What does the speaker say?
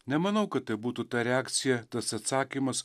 nemanau kad tai būtų ta reakcija tas atsakymas